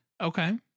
Okay